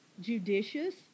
judicious